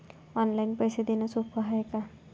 Online पैसे देण सोप हाय का?